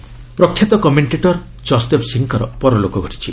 ଜସଦେବ ସିଂହ ପ୍ରଖ୍ୟାତ କମେଣ୍ଟେଟର ଜସଦେବ ସିଂହଙ୍କର ପରଲୋକ ଘଟିଛି